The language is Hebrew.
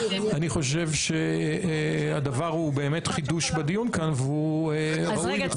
אני חושבת שהדבר הוא באמת חידוש בדיון כאן והוא ראוי.